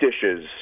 dishes